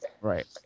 Right